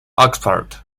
oxford